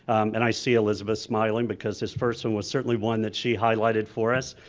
and i see elizabeth smiling because this first one was certainly one that she highlighted for us,